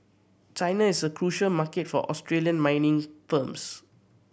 China is a crucial market for Australian mining firms